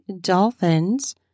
dolphins